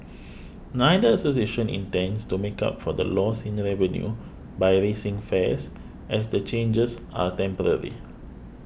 neither association intends to make up for the loss in revenue by raising fares as the changes are temporary